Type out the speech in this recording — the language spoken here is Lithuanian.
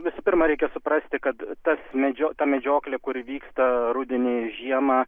visų pirma reikia suprasti kad tas medžio ta medžioklė kuri vyksta rudenį žiemą